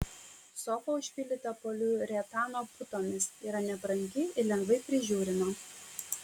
sofa užpildyta poliuretano putomis yra nebrangi ir lengvai prižiūrima